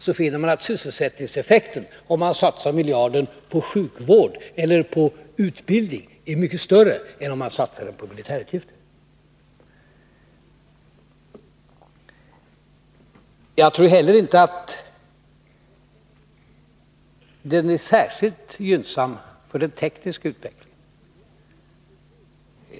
Om man satsar miljarden på sjukvård eller utbildning finner man att sysselsättningseffekten blir mycket större än om man satsar miljarden på militärutgifter. Jag tror heller inte att militariseringen är särskilt gynnsam för den tekniska utvecklingen.